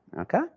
Okay